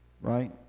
right